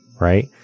right